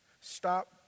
Stop